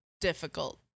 difficult